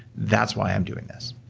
that's why i'm doing this.